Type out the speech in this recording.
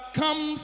come